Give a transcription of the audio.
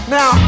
Now